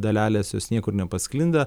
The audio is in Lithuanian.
dalelės jos niekur nepasklinda